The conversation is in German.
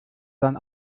sein